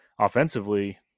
offensively